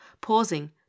pausing